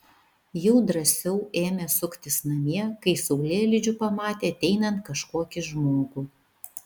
jau drąsiau ėmė suktis namie kai saulėlydžiu pamatė ateinant kažkokį žmogų